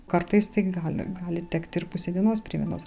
kartais tai gali gali tekti ir pusę dienos prie vienos